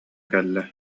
кэллэ